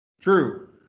True